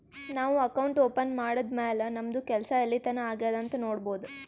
ನಾವು account open ಮಾಡದ್ದ್ ಮ್ಯಾಲ್ ನಮ್ದು ಕೆಲ್ಸಾ ಎಲ್ಲಿತನಾ ಆಗ್ಯಾದ್ ಅಂತ್ ನೊಡ್ಬೋದ್